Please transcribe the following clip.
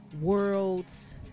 world's